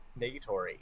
Negatory